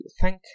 Thank